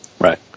Right